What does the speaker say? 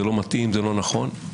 זה לא מתאים ולא נכון.